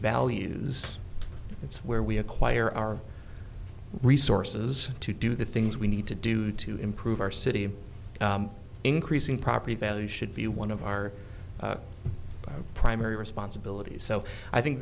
values it's where we acquire our resources to do the things we need to do to improve our city and increasing property value should be one of our primary responsibilities so i think